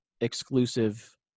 exclusive